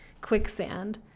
quicksand